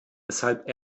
weshalb